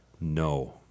No